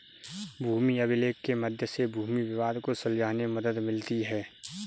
भूमि अभिलेख के मध्य से भूमि विवाद को सुलझाने में मदद मिलती है